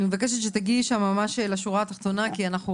אני מבקשת שתגיעי לשורה התחתונה, כי אנחנו